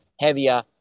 heavier